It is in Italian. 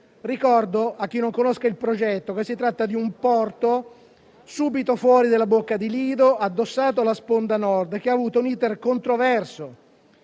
Ricordo - a chi non conosca il progetto - che si tratta di un porto subito fuori dalla bocca di Lido, addossato alla sponda Nord, che ha avuto un *iter* controverso.